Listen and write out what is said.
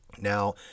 Now